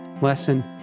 lesson